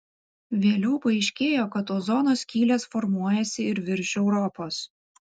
vėliau paaiškėjo kad ozono skylės formuojasi ir virš europos